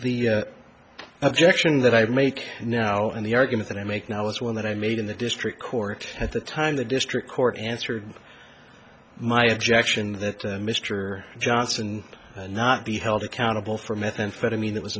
the objection that i make now and the argument that i make now is one that i made in the district court at the time the district court answered my objection that mr johnson not be held accountable for methamphetamine that was